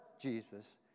Jesus